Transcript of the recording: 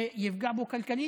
זה יפגע בו גם כלכלית,